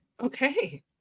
okay